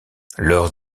lors